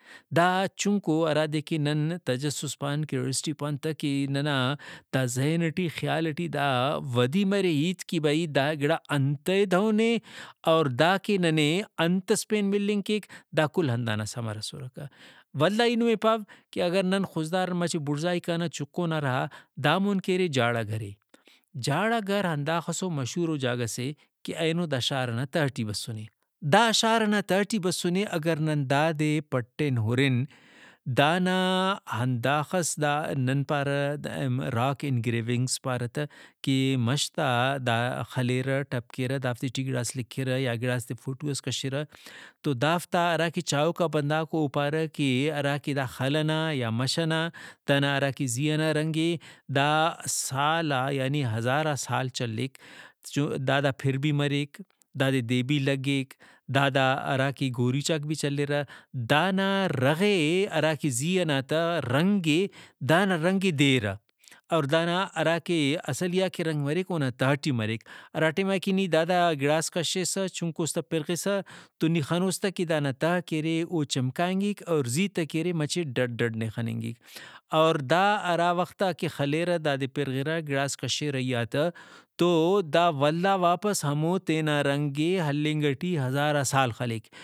دا چُھنکو ہرادے کہ نن تجسس پان (Curiosity) پان تہ کہ ننا دا ذہن ٹی خیال ٹی دا ودی مرے ہیت کہ بھئی دا گڑا انتئے دہن اے اور دا کہ ننے انتس پین ملنگ کیک دا کل ہندانا ثمر اسرکہ۔ ولدا ای نمے پاو کہ اگر نن خضدارا مچہ بُڑزائی کانہ چُکو نا رہا دامون کہ ارے جھاڑاگھرے۔ جھاڑاگھر ہنداخسو مشہورو جاگہ سے کہ اینو دا شار ئنا تہٹی بسنے ۔دا شار نا تہٹی بسنے اگر نن دادے پٹین ہُرن دانا ہنداخس دا نن پارہ راک ان گریونگس کہ مش تا دا خلیرہ ٹھپ کیرہ دافتے ٹی گڑاس لکھرہ یا گڑاس تا فوٹو ئس کشرہ ۔تو دافتا ہراکہ چاہوکا بندغاکو او پارہ کہ ہراکہ دا خل ئنا یا مش ئنا دانا ہراکہ زی ئنا رنگ اے دا سالا یعنی ہزارا سال چلیک۔ داد پِر بھی مریک دادے دے بھی لگیک دادا ہراکہ گوریچاک بھی چلیرہ دانا رغے ہراکہ زہ ئنا تہ رنگ اے دانا رنگے دیرہ اور دانا ہراکہ اصلی آ کہ رنگ مریک اونا تہٹی مریک۔ ہراٹائما کہ نی دادا گڑاس کشسہ چُنکوس تہ پرغسہ تو نی خنوس تہ کہ دانا تہہ کہ ارے او چمکائنگک اور زی تہ کہ ارے مچہ ڈڈ ڈڈ نے خننگک۔ اور دا ہرا وختا کہ خلیرہ دادے پرغرہ گڑاس کشرہ ایہاتہ تو دا ولدا واپس ہمو تینا رنگے ہلنگ ٹی ہزارا سال خلیک